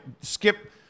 Skip